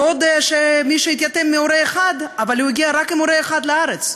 בעוד מי שהתייתם מהורה אחד אבל הגיע רק עם הורה אחד לארץ,